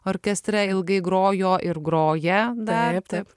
orkestre ilgai grojo ir groja dar taip taip